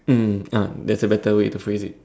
mm ah that's a better way to phrase it